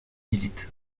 visite